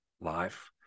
life